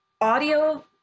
audio